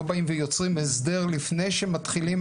לא באים ויוצרים הסדר לפני שמתחילים,